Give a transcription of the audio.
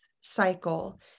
cycle